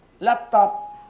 Laptop